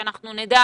שאנחנו נדע